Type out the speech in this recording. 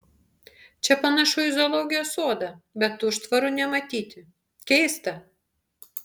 čia panašu į zoologijos sodą bet užtvarų nematyti keista